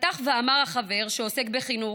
פתח ואמר החבר, שעוסק בחינוך: